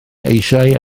eisiau